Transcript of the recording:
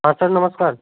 हाँ सर नमस्कार